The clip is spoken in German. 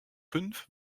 fünf